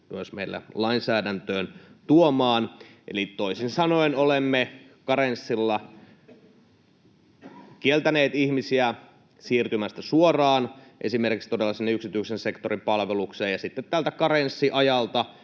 myös meille lainsäädäntöön tuomaan. Eli toisin sanoen olemme karenssilla kieltäneet ihmisiä siirtymästä suoraan esimerkiksi todella sinne yksityisen sektorin palvelukseen, ja sitten tältä karenssiajalta